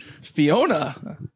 Fiona